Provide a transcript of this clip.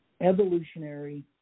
evolutionary